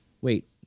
wait